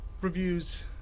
Reviews